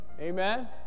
Amen